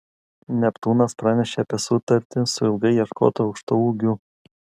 neptūnas pranešė apie sutartį su ilgai ieškotu aukštaūgiu